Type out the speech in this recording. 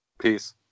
peace